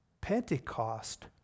Pentecost